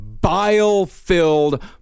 bile-filled